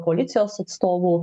policijos atstovų